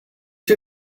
two